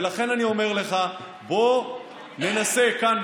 לכן אני אומר לך: בוא ננסה כאן,